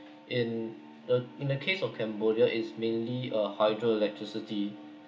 in the in the case of cambodia it's mainly uh hydroelectricity